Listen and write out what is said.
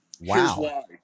Wow